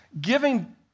Giving